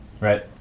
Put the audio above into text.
right